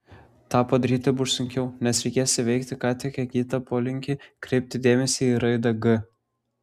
tą padaryti bus sunkiau nes reikės įveikti ką tik įgytą polinkį kreipti dėmesį į raidę g